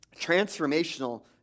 transformational